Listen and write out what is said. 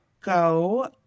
go